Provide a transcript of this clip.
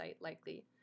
likely